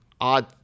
odd